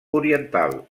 oriental